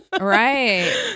right